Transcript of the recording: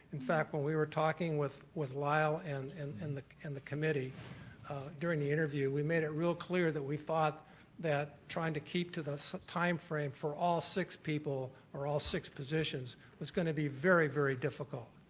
in fact, when we were talking with with lyle and and the and the committee during the interview, we made it real clear that we thought that trying to keep to this timeframe for all six people or all six positions was going to be very, very difficult.